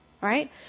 right